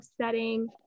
setting